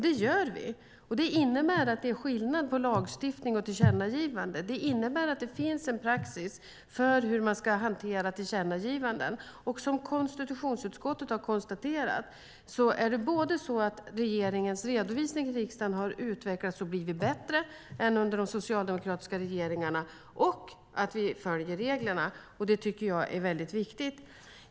Det gör vi, och det innebär att det är skillnad på lagstiftning och tillkännagivande samt att det finns en praxis för hur man ska hantera tillkännagivanden. Som konstitutionsutskottet har konstaterat har regeringens redovisning till riksdagen också utvecklats och blivit bättre än under de socialdemokratiska regeringarna. Vi följer reglerna. Det tycker jag är viktigt.